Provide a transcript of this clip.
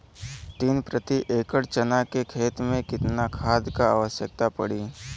तीन प्रति एकड़ चना के खेत मे कितना खाद क आवश्यकता पड़ी?